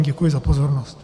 Děkuji za pozornost.